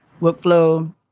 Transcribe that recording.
workflow